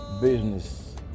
business